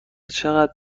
چقدر